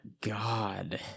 god